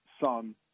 son